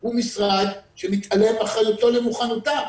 הוא משרד שמתעלם מאחריותו למוכנותן.